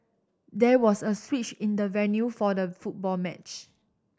there was a switch in the venue for the football match